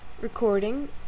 Recording